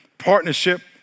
partnership